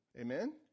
Amen